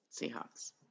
Seahawks